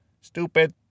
stupid